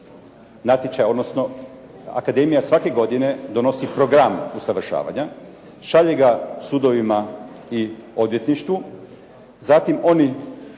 natječaj, odnosno akademija svake godine donosi program usavršavanja, šalje ga sudovima i odvjetništvu. Zatim oni